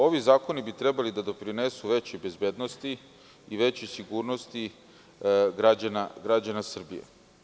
Ovi zakoni bi trebalo da doprinesu većoj bezbednosti i većoj sigurnosti građana Srbije.